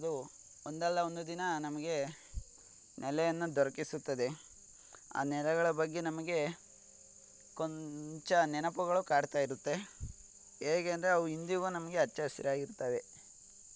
ಅದು ಒಂದಲ್ಲ ಒಂದು ದಿನ ನಮಗೆ ನೆಲೆಯನ್ನು ದೊರಕಿಸುತ್ತದೆ ಆ ನೆಲೆಗಳ ಬಗ್ಗೆ ನಮಗೆ ಕೊಂಚ ನೆನಪುಗಳು ಕಾಡ್ತಾ ಇರುತ್ತೆ ಹೇಗೆ ಅಂದ್ರೆ ಅವು ಇಂದಿಗೂ ನಮಗೆ ಹಚ್ಚ ಹಸಿರಾಗ್ ಇರ್ತವೆ